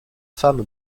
femme